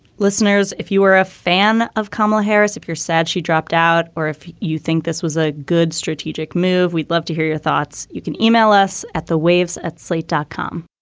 listeners, if you were a fan of kamala harris, if you're sad she dropped out or if you think this was a good strategic move, we'd love to hear your thoughts. you can e-mail us at the waves at slate dot com